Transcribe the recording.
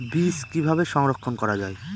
বীজ কিভাবে সংরক্ষণ করা যায়?